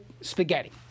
spaghetti